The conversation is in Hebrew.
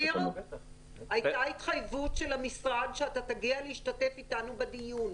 הייתה התחייבות של המשרד שאתה תגיע להשתתף אתנו בדיון,